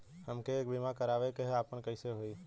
हमके एक बीमा करावे के ह आपन कईसे होई?